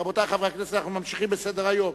רבותי חברי הכנסת אנחנו ממשיכים בסדר-היום,